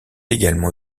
également